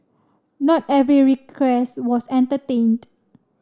not every request was entertained